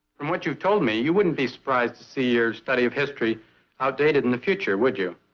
from what you've told me, you wouldn't be surprised to see your study of history outdated in the future, would you?